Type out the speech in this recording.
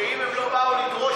ואם הם לא באו לדרוש,